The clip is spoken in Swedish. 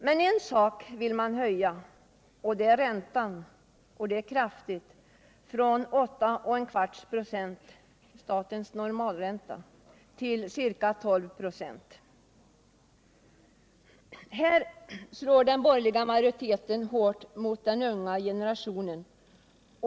Men en sak vill man höja — räntan — och det kraftigt, från 8 1/4 ?., statens normalränta, till ca 12 "5. Här slår den borgerliga majoriteten hårt mot den unga generationen.